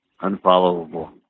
unfollowable